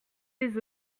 des